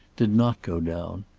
did not go down.